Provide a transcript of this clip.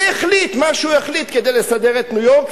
והחליט מה שהוא החליט כדי לסדר את ניו-יורק,